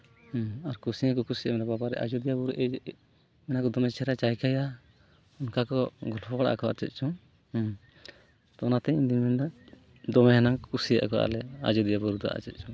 ᱦᱮᱸ ᱟᱨ ᱠᱩᱥᱤ ᱦᱚᱸᱠᱚ ᱠᱩᱥᱤᱭᱟᱜᱼᱟ ᱵᱟᱵᱟᱨᱮ ᱟᱡᱳᱫᱤᱭᱟᱹ ᱵᱩᱨᱩ ᱢᱮᱱᱟᱠᱚ ᱫᱚᱢᱮ ᱪᱮᱦᱨᱟ ᱡᱟᱭᱜᱟᱭᱟ ᱚᱱᱠᱟ ᱠᱚ ᱜᱚᱞᱯᱷᱚ ᱵᱟᱲᱟᱜ ᱟᱠᱚ ᱟᱨ ᱪᱮᱫ ᱪᱚᱝ ᱦᱮᱸ ᱚᱱᱟᱛᱮ ᱤᱧᱫᱩᱧ ᱢᱮᱱ ᱮᱫᱟ ᱫᱚᱢᱮᱱᱟᱝ ᱠᱚ ᱠᱩᱥᱤᱭᱟᱜᱼᱟ ᱠᱚ ᱟᱞᱮ ᱟᱡᱳᱫᱤᱭᱟᱹ ᱵᱩᱨᱩ ᱫᱚ ᱟᱨ ᱪᱮᱫ ᱪᱚᱝ